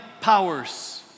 powers